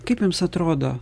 kaip jums atrodo